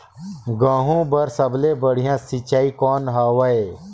गहूं बर सबले बढ़िया सिंचाई कौन हवय?